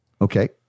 Okay